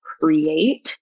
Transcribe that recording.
create